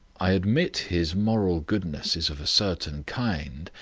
i admit his moral goodness is of a certain kind,